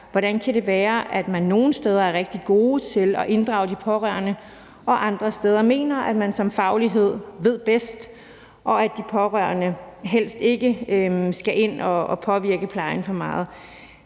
hvordan det kan være, at man nogle steder er rigtig gode til at inddrage de pårørende og andre steder mener, at man som faglighed ved bedst, og at de pårørende helst ikke skal ind at påvirke plejen for meget.